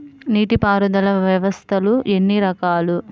నీటిపారుదల వ్యవస్థలు ఎన్ని రకాలు?